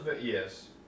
Yes